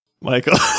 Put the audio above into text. Michael